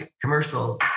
commercial